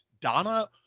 Donna